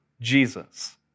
Jesus